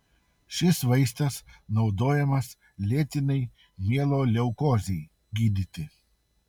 šis vaistas vartojamas lėtinei mieloleukozei gydyti